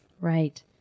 Right